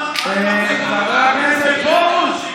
חבר הכנסת פרוש.